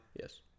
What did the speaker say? Yes